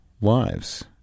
lives